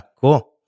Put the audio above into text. cool